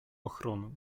ochronę